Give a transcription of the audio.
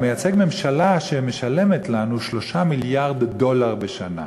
הוא מייצג ממשלה שמשלמת לנו 3 מיליארד דולר בשנה,